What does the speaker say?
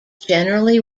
generally